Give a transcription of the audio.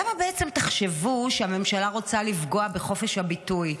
למה בעצם שתחשבו שהממשלה רוצה לפגוע בחופש הביטוי?